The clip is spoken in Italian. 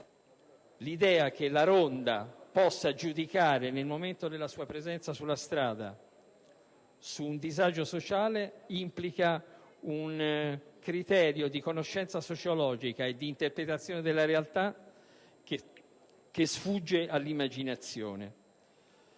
L'idea che la ronda possa giudicare, nell'attività che svolgerà in strada, in merito ad un disagio sociale implica un criterio di conoscenza sociologica e di interpretazione della realtà che sfugge all'immaginazione.